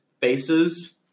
faces